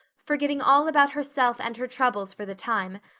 forgetting all about herself and her troubles for the time,